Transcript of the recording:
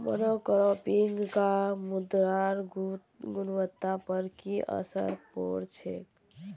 monocropping स मृदार गुणवत्ता पर की असर पोर छेक